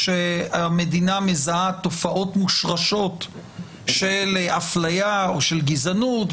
כשהמדינה מזהה תופעות מושרשות של הפליה או של גזענות,